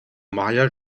mariage